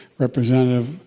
Representative